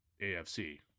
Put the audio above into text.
AFC